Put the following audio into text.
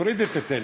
תוריד את הטלפון.